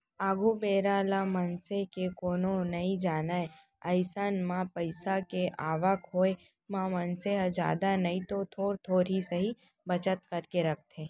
आघु बेरा ल मनसे के कोनो नइ जानय अइसन म पइसा के आवक होय म मनसे ह जादा नइतो थोर थोर ही सही बचत करके रखथे